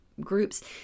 groups